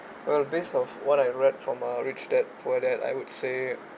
uh based off what I read from uh rich dad poor dad I would say